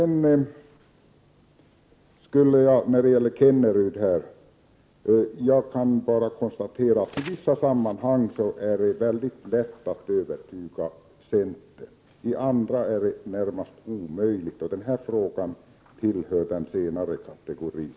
När det gäller Rolf Kenneryd kan jag bara konstatera att i vissa frågor är det väldigt lätt att övertyga centern. I andra fall är det i det närmaste omöjligt. Den här frågan tillhör den senare kategorin.